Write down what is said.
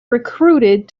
recruited